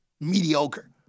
mediocre